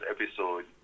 episode